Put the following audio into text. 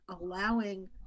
allowing